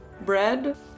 bread